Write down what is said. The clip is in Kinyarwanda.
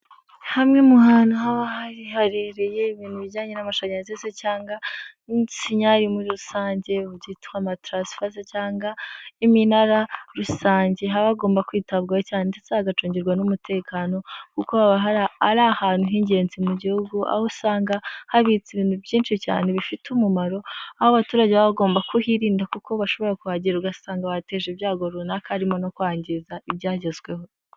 Hamwe mu hantu haba harereye ibintu bijyanye n'amashanyarazi cyangwa insinga muri rusange byitwa amataransifo cyangwa iminara rusange. Haba hagomba kwitabwaho cyane ndetse hagacungirwa n'umutekano kuko ari ahantu h'ingenzi mu gihugu, aho usanga habitse ibintu byinshi cyane bifite umumaro. Abaturage baba bagomba kuhirinda kuko bashobora kuhagera ugasanga bateje ibyago runaka harimo no kwangiza ibyagezweho.